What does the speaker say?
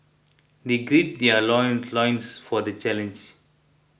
they gird their loin loins for the challenge